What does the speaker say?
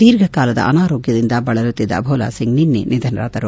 ದೀರ್ಘಕಾಲದ ಅನಾರೋಗ್ಯದಿಂದ ಬಳಲುತ್ತಿದ್ದ ಭೋಲಾ ಸಿಂಗ್ ನಿನ್ನೆ ನಿಧನರಾದರು